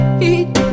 heat